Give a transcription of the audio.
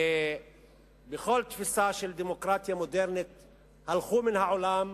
בכל תפיסה של דמוקרטיה מודרנית נעלמו מן העולם.